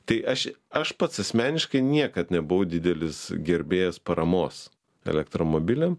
tai aš aš pats asmeniškai niekad nebuvau didelis gerbėjas paramos elektromobiliam